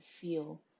feel